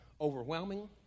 overwhelming